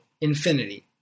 infinity